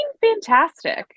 fantastic